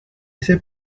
ese